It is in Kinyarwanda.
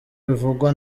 bivugwa